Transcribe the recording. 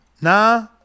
Nah